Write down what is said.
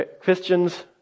Christians